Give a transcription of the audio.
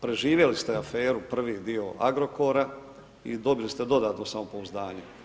Preživjeli ste aferu prvi dio Agrokora i dobili ste dodatno samopouzdanje.